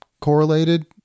correlated